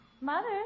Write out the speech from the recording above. Mother